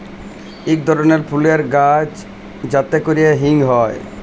ইক ধরলের ফুলের গাহাচ যাতে ক্যরে হিং হ্যয়